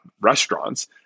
restaurants